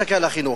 תסתכל על החינוך.